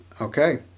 Okay